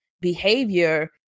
behavior